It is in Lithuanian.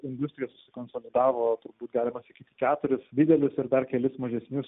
industrijos konsolidavo turbūt galima sakyt keturis didelius ir dar kelis mažesnius